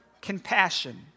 compassion